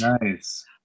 nice